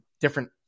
different